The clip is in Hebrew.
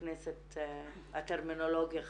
בכנסת הטרמינולוגיה חשובה.